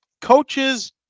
coaches